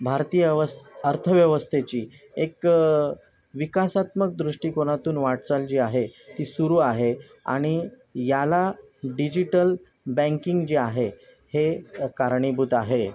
भारतीय अवस् अर्थव्यवस्थेची एक विकासात्मक दृष्टिकोनातून वाटचाल जी आहे ती सुरू आहे आणि याला डिजिटल बँकिंग जे आहे हे कारणीभूत आहे